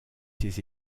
ses